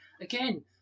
again